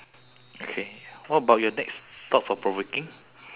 okay what about your next thought-provoking